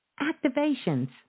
Activations